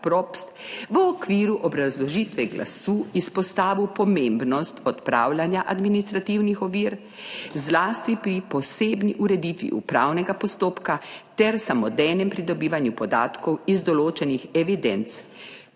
v okviru obrazložitve glasu izpostavil pomembnost odpravljanja administrativnih ovir, zlasti pri posebni ureditvi upravnega postopka ter samodejnem pridobivanju podatkov iz določenih evidenc,